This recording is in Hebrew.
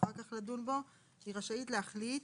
--- להחליט